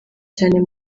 cyane